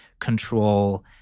control